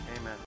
Amen